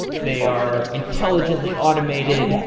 they are intelligently automated.